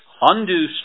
undue